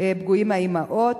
פגועים מהאמהות?